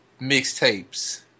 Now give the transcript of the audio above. mixtapes